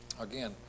again